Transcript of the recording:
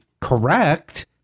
correct